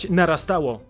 narastało